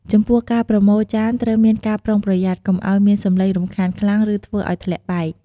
ចំពោះការប្រមូលចានត្រូវមានការប្រុងប្រយ័ត្ន កុំឱ្យមានសំឡេងរំខានខ្លាំង ឬធ្វើឱ្យធ្លាក់បែក។